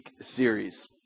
series